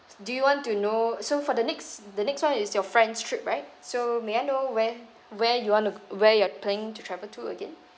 do you want to know so for the next the next one is your friends trip right so may I know where where you want to where you're planning to travel to again